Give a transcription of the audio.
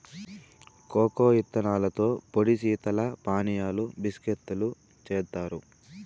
cocoa ఇత్తనాలతో పొడి శీతల పానీయాలు, బిస్కేత్తులు జేత్తారు